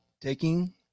taking